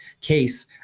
case